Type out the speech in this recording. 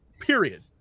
Period